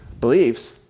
beliefs